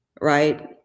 right